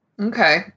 Okay